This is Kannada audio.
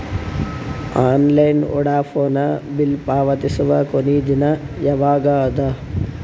ಆನ್ಲೈನ್ ವೋಢಾಫೋನ ಬಿಲ್ ಪಾವತಿಸುವ ಕೊನಿ ದಿನ ಯವಾಗ ಅದ?